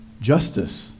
justice